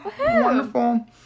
Wonderful